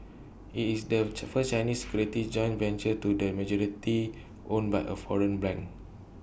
IT is the first Chinese securities joint venture to the majority owned by A foreign bank